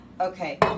Okay